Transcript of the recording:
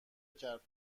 کرد